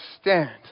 stand